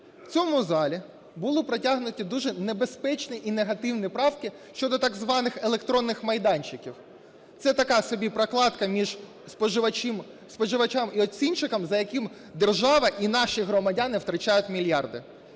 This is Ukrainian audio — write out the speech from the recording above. у цьому залі були протягнуті дуже небезпечні і негативні правки щодо так званих електронних майданчиків. Це така собі прокладка між споживачем і оцінщиком, за яким держава і наші громадяни втрачають мільярди.